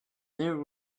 there